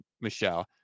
Michelle